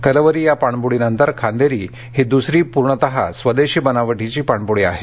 कलवरी या पाणबुडीनंतर खांदेरी ही दुसरी पूर्णतः स्वदेशी बनावटीची पाणबुडी आहे